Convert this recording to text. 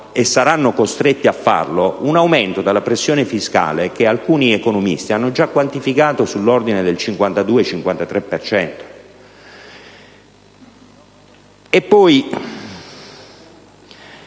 saranno costretti ad un aumento della pressione fiscale che alcuni economisti hanno già quantificato intorno al 52-53